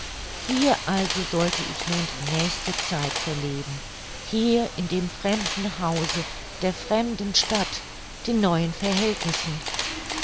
hier also sollte ich nun die nächste zeit verleben hier in dem fremden hause der fremden stadt den neuen verhältnissen